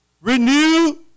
Renew